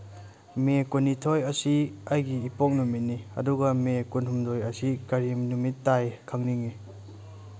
ꯃꯦ ꯀꯨꯟꯅꯤꯊꯣꯏ ꯑꯁꯤ ꯑꯩꯒꯤ ꯏꯄꯣꯛ ꯅꯨꯃꯤꯠꯅꯤ ꯑꯗꯨꯒ ꯃꯦ ꯀꯨꯟꯍꯨꯝꯗꯣꯏ ꯑꯁꯤ ꯀꯔꯤ ꯅꯨꯃꯤꯠ ꯇꯥꯏ ꯈꯪꯅꯤꯡꯉꯤ